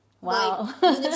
Wow